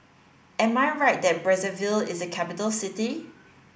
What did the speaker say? am I right that Brazzaville is a capital city